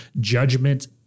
judgment